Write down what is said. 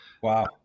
Wow